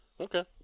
Okay